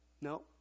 No